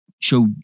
show